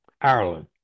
Ireland